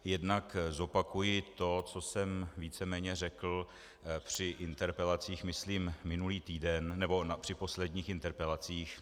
Jednak zopakuji to, co jsem víceméně řekl při interpelacích myslím minulý týden, nebo při posledních interpelacích.